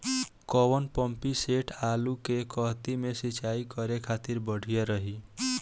कौन pumping set आलू के कहती मे सिचाई करे खातिर बढ़िया रही?